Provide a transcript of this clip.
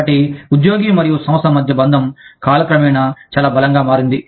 కాబట్టి ఉద్యోగి మరియు సంస్థ మధ్య బంధం కాలక్రమేణా చాలా బలంగా మారింది